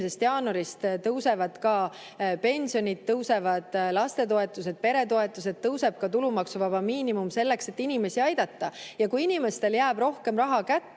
1. jaanuarist tõusevad ka pensionid, tõusevad lastetoetused, peretoetused, tõuseb tulumaksuvaba miinimum, selleks et inimesi aidata. Ja kui inimestele jääb rohkem raha kätte,